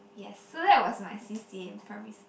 yes so that was my c_c_a in primary school